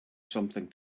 something